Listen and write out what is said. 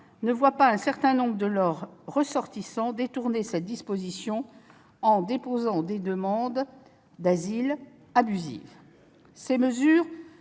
ne voient pas un certain nombre de leurs ressortissants détourner cette disposition en déposant des demandes d'asile abusives. Ces mesures